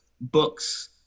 books